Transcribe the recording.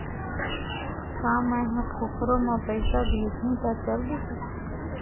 का मै ह कोखरो म पईसा भेजहु त चल देही?